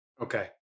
Okay